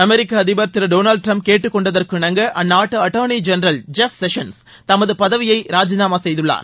அமெிக்க அதிபர் திரு டொனால்டு டிரம்ப் கேட்டுக்கொண்தற்கு இணங்க அந்நாட்டு அட்டார்னி ஜென்ரல் ஜெப் ஷெஷன்ஸ் தமது பதவியை ராஜிநாமா செய்துள்ளார்